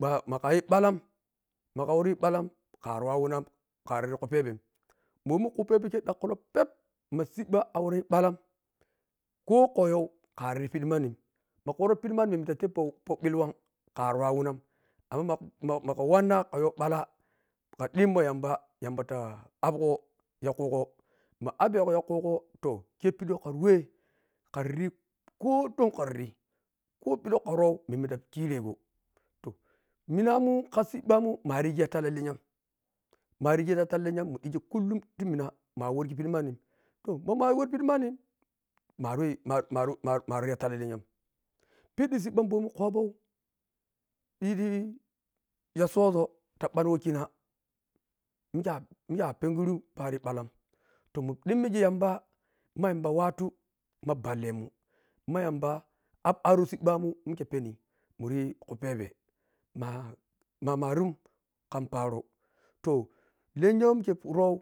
Ma makhayi bwalla magha riwori bwalla kha wawanar khariri khruphebern momi khuphebekhe dhankhu lou peep ma sibba awari ya bwalla khokha yho khariri pedhimanni makhuro pidhi manni memme ta tebi pellewhan khar wawinam amma ma khuwanna khayho gbwalle khara dhimmo yamba yamba ta abgho ya khugho ma abghegho yalhugho wau kharati khotong kharari khopidhiwah khurho memme ta khirigha to munamun kha sibba marirghi talla tennya marigi ya talla lwnnua khulim to monna mawarghe pidhi manni to bwo ma mari wpripidhi manni mari wah ma ma mariyaha talla lennyam pedhi siɓɓa momi khobho dhetiya soʒo tabhani wakhina mikhe a mikhe a penghuru pari bwallam to mundhimigi yamba ma yamba watu ma ballemun ma yamba abaro siɓɓmun mikhe epni munrikhu pheve ma mamarum kham paro to lennya awh wi kherou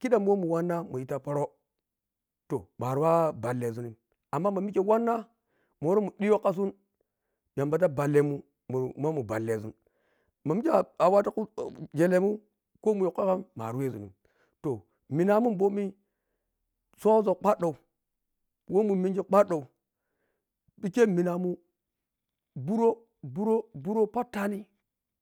khidham mu wah mun wanna mudhi ta poro to mowa wari ballesunhem amma ma mikhe wanna munwori mundhiyhp khasun yamba ta ballemun mun mamun balleʒeen mamekhe a watu gyallumun kho wunta khobanhu munari wasizuntim to minamun bomi sozo kwadhou wah munmegi bhuro bhuro bhuro pattani ti ging minamun